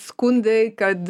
skundai kad